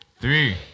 Three